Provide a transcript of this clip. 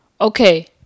Okay